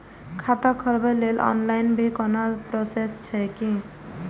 खाता खोलाबक लेल ऑनलाईन भी कोनो प्रोसेस छै की?